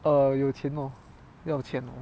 err 有钱 lor 要钱 lor